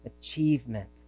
Achievement